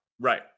Right